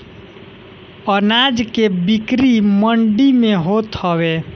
अनाज के बिक्री मंडी में होत हवे